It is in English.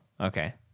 okay